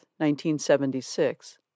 1976